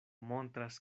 montras